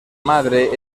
madre